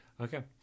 Okay